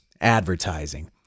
advertising